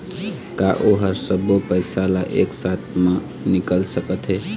का ओ हर सब्बो पैसा ला एक साथ म निकल सकथे?